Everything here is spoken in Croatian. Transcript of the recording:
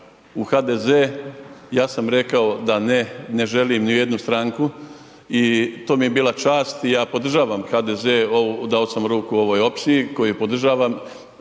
u HDZ, ja sam rekao da ne, ne želim ni u jednu stranku i to mi je bila čast i ja podržavam HDZ, dao sam ruku ovoj opciji koju podržavam,